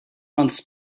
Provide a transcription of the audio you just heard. months